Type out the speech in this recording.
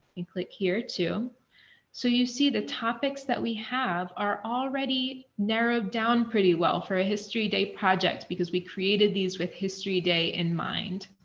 and click here to so you see the topics that we have are already narrowed down pretty well for a history day project because we created these with history day in mind.